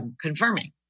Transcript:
Confirming